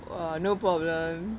um no problem